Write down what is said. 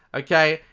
okay,